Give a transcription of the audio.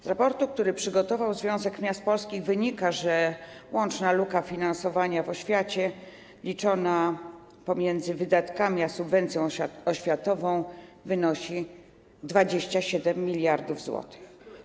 Z raportu, który przygotował Związek Miast Polskich, wynika, że łączna luka finansowania w oświacie liczona jako różnica między wydatkami a subwencją oświatową wynosi 27 mld zł.